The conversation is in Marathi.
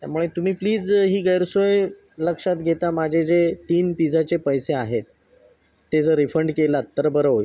त्यामुळे तुम्ही प्लीज ही गैरसोय लक्षात घेता माझे जे तीन पिजाचे पैसे आहेत ते जर रिफंड केलात तर बरं होईल